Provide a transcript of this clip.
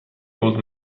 old